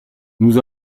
nous